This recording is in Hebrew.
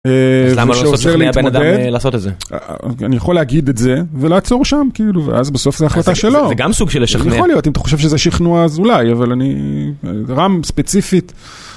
אז למה לא לנסות לשכנע בן אדם לעשות את זה? אני יכול להגיד את זה ולעצור שם, כאילו, ואז בסוף זו החלטה שלו. זה גם סוג של לשכנע. יכול להיות, אם אתה חושב שזה שכנוע, אז אולי, אבל אני... רם ספציפית...